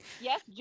Yes